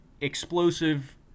explosive